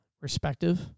respective